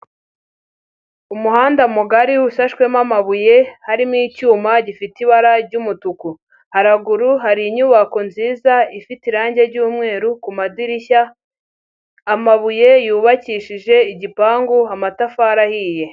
Umuhanda mugari ushashwemo amabuye harimo icyuma gifite ibara ry'umutuku, haraguru hari inyubako nziza ifite irange ry'umweru ku madirishya, amabuye yubakishije igipangu, amatafari ahiye.